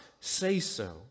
say-so